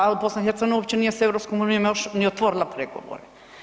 A BiH uopće nije sa EU još ni otvorila pregovore.